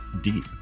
Deep